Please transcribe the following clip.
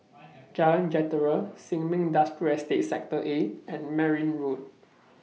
Jalan Jentera Sin Ming Industrial Estate Sector A and Merryn Road